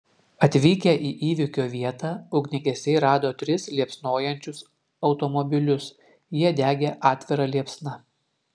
atvykę į įvykio vietą ugniagesiai rado tris liepsnojančius automobilius jie degė atvira liepsna